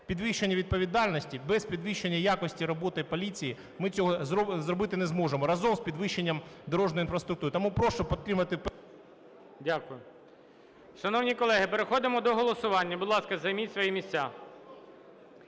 підвищення відповідальності, без підвищення якості роботи поліції ми цього зробити не зможемо. Разом з підвищенням дорожньої інфраструктури.